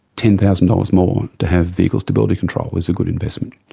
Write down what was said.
ten thousand dollars more to have vehicle stability control is a good investment.